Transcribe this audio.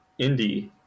indie